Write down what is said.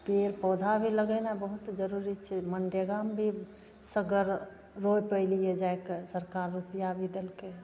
पेड़ पौधाभी लगैनाइ बहुत जरूरी छै मनरेगामे भी सगर बहुत पहिलहिए जाइकऽ सरकार रुपिआ भी देलकै हँ